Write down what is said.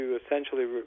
essentially